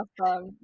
awesome